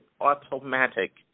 automatic